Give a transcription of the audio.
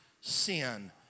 sin